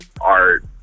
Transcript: art